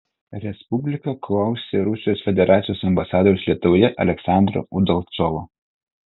respublika klausė rusijos federacijos ambasadoriaus lietuvoje aleksandro udalcovo